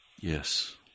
Yes